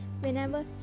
whenever